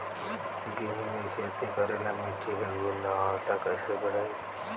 गेहूं के खेती करेला मिट्टी के गुणवत्ता कैसे बढ़ाई?